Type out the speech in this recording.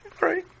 Right